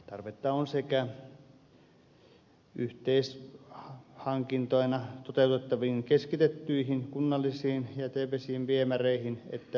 tarvetta on sekä yhteishankintoina toteutettaviin keskitettyihin kunnallisiin jätevesiviemäreihin että maakunnallisiin siirtoviemäreihin